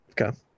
Okay